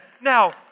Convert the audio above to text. Now